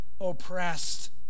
oppressed